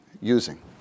using